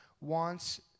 wants